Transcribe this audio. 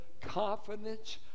confidence